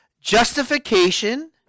Justification